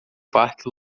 parque